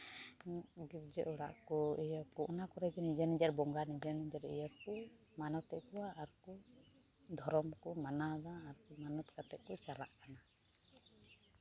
ᱜᱤᱨᱡᱟᱹ ᱚᱲᱟᱜ ᱠᱚ ᱤᱭᱟᱹ ᱠᱚ ᱚᱱᱟ ᱠᱚᱨᱮ ᱱᱤᱡᱮᱨ ᱱᱤᱡᱮᱨ ᱵᱚᱸᱜᱟ ᱱᱤᱡᱮᱨ ᱱᱤᱡᱮᱨ ᱤᱭᱟᱹ ᱠᱚ ᱢᱟᱱᱚᱛᱮᱫ ᱠᱚᱣᱟ ᱟᱨᱠᱚ ᱫᱷᱚᱨᱚᱢ ᱠᱚ ᱢᱟᱱᱟᱣ ᱮᱫᱟ ᱟᱨ ᱢᱟᱱᱚᱛ ᱠᱟᱛᱮᱫ ᱠᱚ ᱪᱟᱞᱟᱜ ᱠᱟᱱᱟ